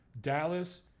Dallas